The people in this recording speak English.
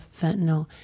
fentanyl